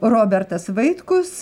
robertas vaitkus